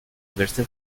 verse